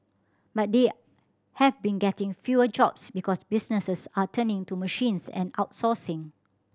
but they have been getting fewer jobs because businesses are turning to machines and outsourcing